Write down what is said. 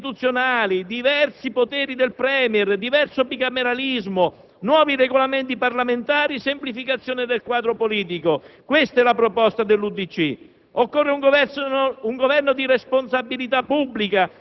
legge elettorale senza rendite di posizione; riforme istituzionali; diversi poteri del *Premier*; diverso bicameralismo; nuovi Regolamenti parlamentari; semplificazione del quadro politico. Questa è la proposta dell'UDC.